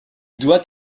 doit